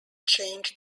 changed